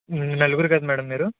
నలుగురు కదా మ్యాడమ్ మీరు